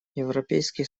европейский